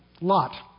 Lot